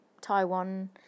Taiwan